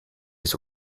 les